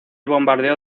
bombardeo